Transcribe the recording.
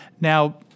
Now